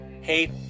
Hey